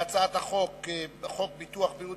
ההצעה להעביר את הצעת חוק ביטוח בריאות